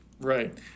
Right